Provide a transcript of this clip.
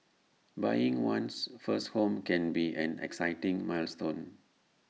buying one's first home can be an exciting milestone